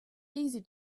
easy